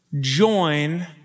join